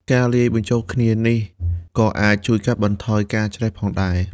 ការលាយបញ្ចូលគ្នានេះក៏អាចជួយកាត់បន្ថយការច្រេះផងដែរ។